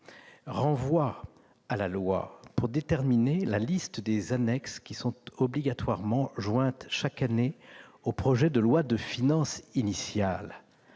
renvoie à la loi le soin de déterminer la liste des annexes obligatoirement jointes chaque année au projet de loi de finances initial,